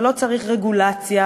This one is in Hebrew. ולא צריך רגולציה,